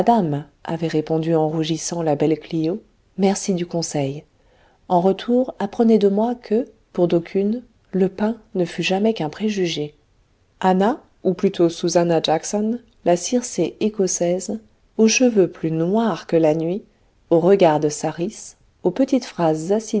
avait répondu en rougissant la belle clio merci du conseil en retour apprenez de moi que pour d'aucunes le pain ne fut jamais qu'un préjugé annah ou plutôt susannah jackson la circé écossaise aux cheveux plus noirs que la nuit aux regards de sarisses aux petites phrases